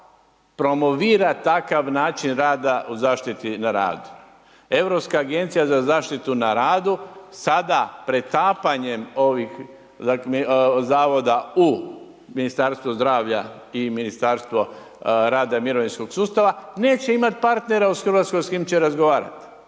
promovira takav način rada u zaštiti na radu. Europska agencija za zaštitu na radu sada pretapanjem ovih zavoda u Ministarstvo zdravlja i Ministarstvo rada i mirovinskog sustava neće imat partnera u Hrvatskoj s kim će razgovarat.